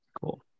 Cool